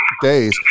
days